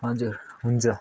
हजुर हुन्छ